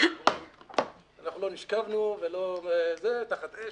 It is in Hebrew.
איך אומרים, לא נשכבנו תחת אש.